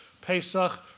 Pesach